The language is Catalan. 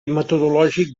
metodològic